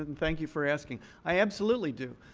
and thank you for asking. i absolutely do.